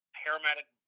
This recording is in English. paramedic